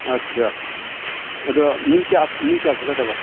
ꯑꯁꯥ ꯑꯗꯣ ꯃꯤ ꯀꯌꯥ ꯆꯠꯀꯗꯕ